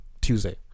Tuesday